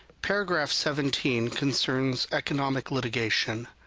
paragraph seventeen concerns economic litigation,